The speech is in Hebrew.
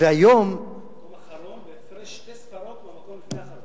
אחרון בהפרש שתי ספרות מהמקום שלפני האחרון.